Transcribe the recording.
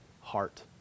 heart